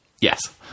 Yes